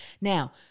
now